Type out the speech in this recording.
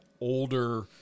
older